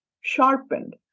sharpened